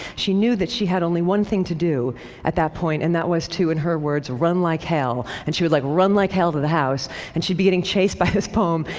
she knew that she had only one thing to do at that point, and that was to, in her words, run like hell. and she would like run like hell to the house and she would be getting chased by this poem,